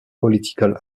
political